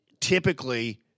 typically